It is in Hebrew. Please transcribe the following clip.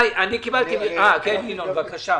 אחמד, בבקשה.